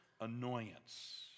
annoyance